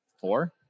Four